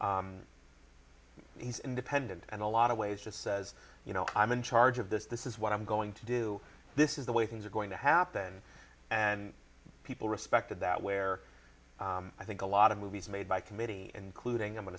think he's independent and a lot of ways just says you know i'm in charge of this this is what i'm going to do this is the way things are going to happen and people respected that where i think a lot of movies made by committee and clued ng are going